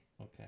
Okay